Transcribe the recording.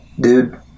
dude